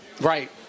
Right